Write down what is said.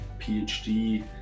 PhD